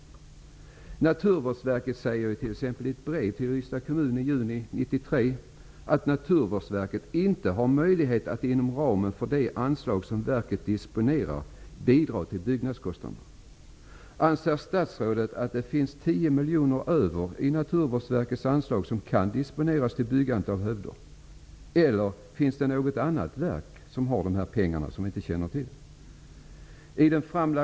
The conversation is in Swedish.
Naturvårdsverket säger t.ex. i ett brev till Ystads kommun i juni 1993 att Naturvårdsverket inte har möjlighet att inom ramen för det anslag som verket disponerar bidra till byggnadskostnaderna. Anser statsrådet att det finns 10 miljoner över i Naturvårdsverkets anslag som kan disponeras för byggandet av hövder? Eller finns det något annat verk, som vi inte känner till, som har de pengarna?